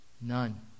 none